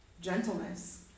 Gentleness